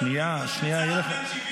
תגיד, אתה רציני?